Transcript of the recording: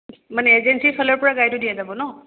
মানে এজেঞ্চিৰ ফালৰ পৰা গাইডটো দিয়া যাব ন